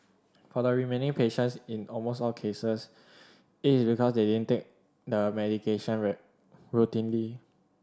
for the remaining patients in almost all cases it is because they didn't take the medication routinely